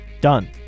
Done